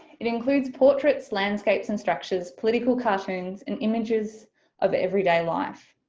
it includes portraits, landscapes and structures, political cartoons and images of everyday life.